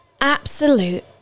Absolute